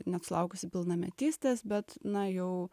net sulaukusi pilnametystės bet na jau